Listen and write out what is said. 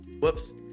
Whoops